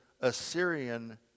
Assyrian